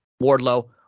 Wardlow